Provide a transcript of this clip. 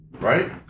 Right